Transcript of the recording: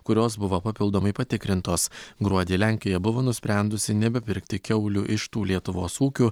kurios buvo papildomai patikrintos gruodį lenkija buvo nusprendusi nebepirkti kiaulių iš tų lietuvos ūkių